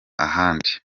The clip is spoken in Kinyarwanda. ahandi